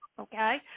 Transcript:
okay